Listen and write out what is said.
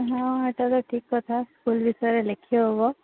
ହଁ ଏଟା ତ ଠିକ୍ କଥା ସ୍କୁଲ୍ ବିଷୟରେ ଲେଖି ହେବ